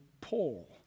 Paul